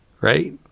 right